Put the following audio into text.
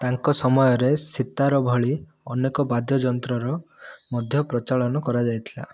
ତାଙ୍କ ସମୟରେ ସିତାର ଭଳି ଅନେକ ବାଦ୍ୟଯନ୍ତ୍ରର ମଧ୍ୟ ପ୍ରଚଳନ କରାଯାଇଥିଲା